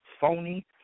phony